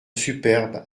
superbe